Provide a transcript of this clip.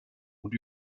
und